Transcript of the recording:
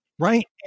Right